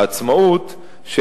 עצמאות.